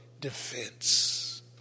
defense